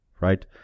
right